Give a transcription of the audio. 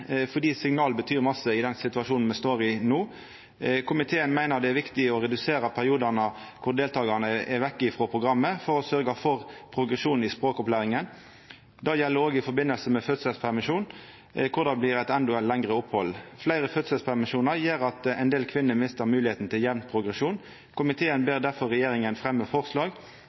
fordi signal betyr mykje i den situasjonen me står i no. Komiteen meiner det er viktig å redusera periodane då deltakarane er borte frå programmet, for å sørgja for progresjon i språkopplæringa. Dette gjeld òg i samband med fødselspermisjon, der det blir eit endå lengre opphald. Fleire fødselspermisjonar gjer at ein del kvinner mistar moglegheita til ein jamn progresjon. Komiteen ber difor regjeringa fremja forslag